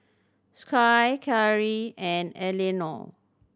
Skye Karrie and Eleanore